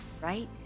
right